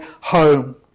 home